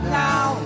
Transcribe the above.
now